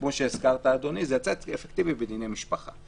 כפי שהזכרת, אדוני, זה היה אפקטיבי בדיני משפחה.